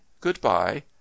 goodbye